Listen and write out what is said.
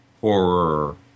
horror